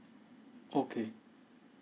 okay